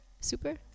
Super